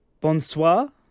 Bonsoir